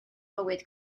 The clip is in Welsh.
bywyd